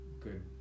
good